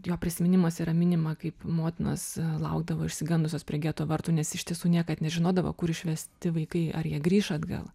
jo prisiminimuos yra minima kaip motinos laukdavo išsigandusios prie geto vartų nes iš tiesų niekad nežinodavo kur išvesti vaikai ar jie grįš atgal